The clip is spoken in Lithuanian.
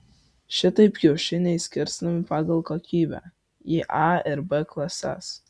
šitaip kiaušiniai skirstomi pagal kokybę į a ir b klases